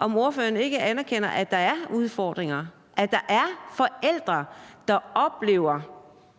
ordfører ikke anerkender, at der er udfordringer; at der er forældre, der oplever